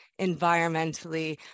environmentally